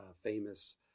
famous